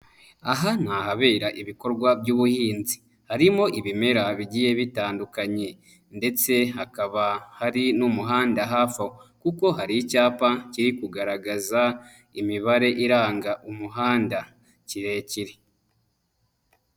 Aha ni ahabera ibikorwa by'ubuhinzi. Harimo ibimera bigiye bitandukanye ndetse hakaba hari n'umuhanda hafi kuko hari icyapa kiri kugaragaza imibare iranga umuhanda kirekire.